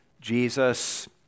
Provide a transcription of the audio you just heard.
Jesus